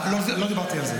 לא דיברתי על זה.